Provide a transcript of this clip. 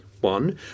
One